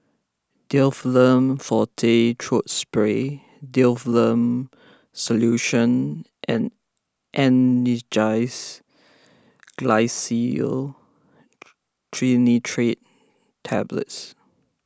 Difflam forte Throat Spray Difflam Solution and Angised Glyceryl Trinitrate Tablets